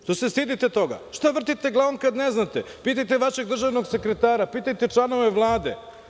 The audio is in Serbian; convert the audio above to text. Što se stidite toga, što vrtite glavom kad neznate, pitajte vašeg državnog sekretara, pitajte članove Vlade.